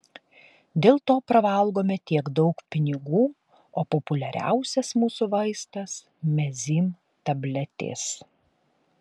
dėl to pravalgome tiek daug pinigų o populiariausias mūsų vaistas mezym tabletės